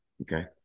Okay